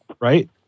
Right